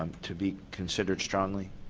to be considered strongly.